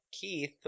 Keith